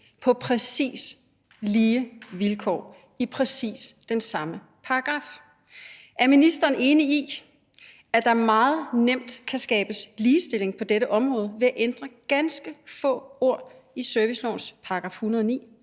på præcis lige vilkår i præcis den samme paragraf. Er ministeren enig i, at der meget nemt kan skabes ligestilling på dette område ved at ændre ganske få ord i servicelovens § 109?